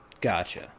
gotcha